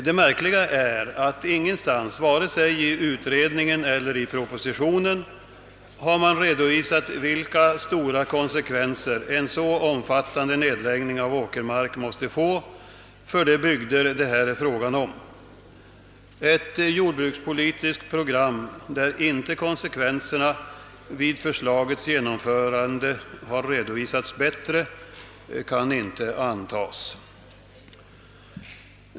Det märkliga är emellertid att man ingenstans, vare sig i utredningen eller i propositionen, har redovisat vilka stora konsekvenser en så omfattande nedläggning av åkermark måste få för de bygder det här är fråga om. Ett jordbrukspolitiskt program, där inte konsekvenserna vid förslagets genomförande redovisats bättre, kan inte godtas.